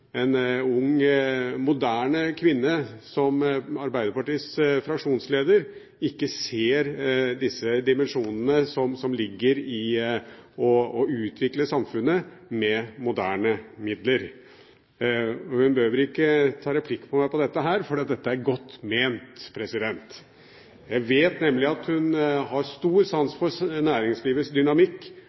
ung, moderne kvinne som Arbeiderpartiets fraksjonsleder ikke ser de dimensjonene som ligger i å utvikle samfunnet med moderne midler. Hun behøver ikke å ta replikk på meg for dette, for det er godt ment. Jeg vet nemlig at hun har stor sans for næringslivets dynamikk